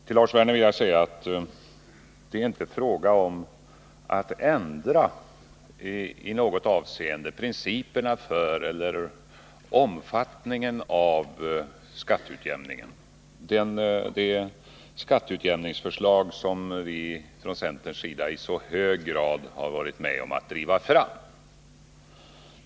Herr talman! Till Lars Werner vill jag säga: Det är inte fråga om att i något avseende ändra principerna för eller omfattningen av skatteutjämningsbidraget, det skatteutjämningsbidrag som vi från centerns sida i så hög grad har varit med om att driva fram.